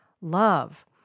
love